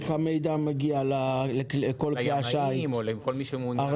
איך המידע מגיע לכל כלי השיט הרלוונטיים?